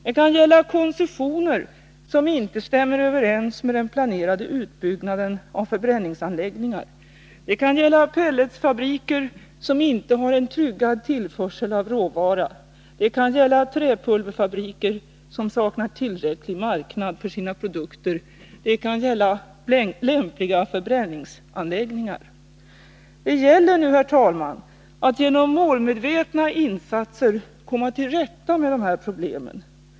Det kan gälla koncessioner som inte stämmer överens med den planerade utbyggnaden av förbränningsanläggningar, pelletfabriker som inte har en tryggad tillförsel av råvara, träpulverfabriker som saknar tillräcklig marknad för sina produkter samt lämpliga förbränningsanläggningar. Det gäller nu, herr talman, att genom målmedvetna insatser komma till rätta med dessa problem.